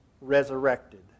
resurrected